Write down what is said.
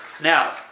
Now